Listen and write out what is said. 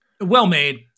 Well-made